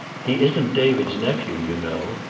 he isn't david's nephew, you know.